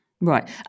Right